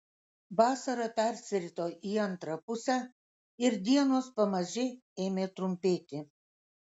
vasara persirito į antrą pusę ir dienos pamaži ėmė trumpėti